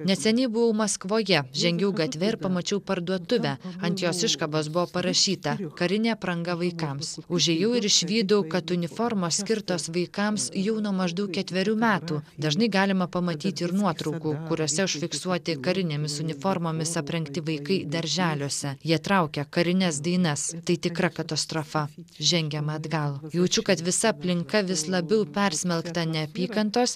neseniai buvau maskvoje žengiau gatve ir pamačiau parduotuvę ant jos iškabos buvo parašyta karinė apranga vaikams užėjau ir išvydau kad uniformos skirtos vaikams jau nuo maždaug ketverių metų dažnai galima pamatyti ir nuotraukų kuriose užfiksuoti karinėmis uniformomis aprengti vaikai darželiuose jie traukia karines dainas tai tikra katastrofa žengiama atgal jaučiu kad visa aplinka vis labiau persmelkta neapykantos